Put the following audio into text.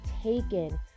taken